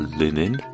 linen